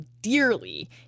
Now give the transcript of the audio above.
dearly